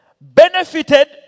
benefited